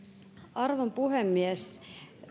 arvon puhemies